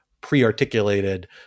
pre-articulated